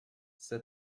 السه